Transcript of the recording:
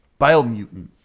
Biomutant